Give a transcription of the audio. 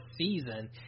season